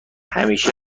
همیشه